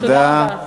תודה רבה.